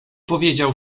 powiedział